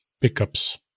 pickups